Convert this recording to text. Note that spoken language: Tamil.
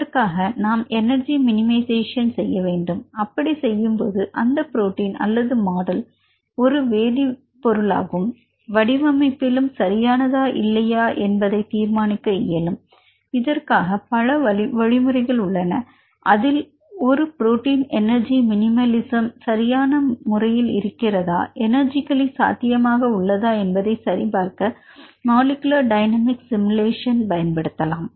அதற்காக நாம் எனர்ஜி மினிமைசேஷசன் செய்ய வேண்டும் அப்படி செய்யும்போது அந்த புரோட்டின் அல்லது மாடல் ஒரு வேதிப் பொருளாகும் வடிவமைப்பிலும் சரியானதா இல்லையா என்பதை தீர்மானிக்க இயலும் இதற்காக பல வழிமுறைகள் உள்ளன அதில் ஒரு புரோட்டின் எனர்ஜி மினிமலிசம் சரியான முறையில் இருக்கிறதா எனர்ஜிக்கலி சாத்தியமாக உள்ளதா என்பதை சரிபார்க்க மாலிக்யூலர் டைனமிக்ஸ் சிமுலேஷன் பயன்படுத்தலாம்